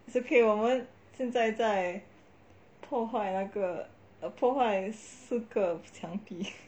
it's okay 我们现在破坏那个破坏四个墙壁